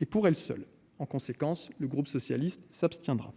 et pour elle seule, en conséquence, le groupe socialiste s'abstiendra.